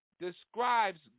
describes